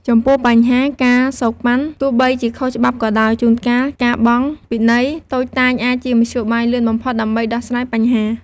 ចំពោះបញ្ហា "ការសូកប៉ាន់" ទោះបីជាខុសច្បាប់ក៏ដោយ ជួនកាលការបង់ "ពិន័យ" តូចតាចអាចជាមធ្យោបាយលឿនបំផុតដើម្បីដោះស្រាយបញ្ហា។